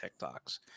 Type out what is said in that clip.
TikToks